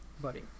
Buddy